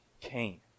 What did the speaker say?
Cain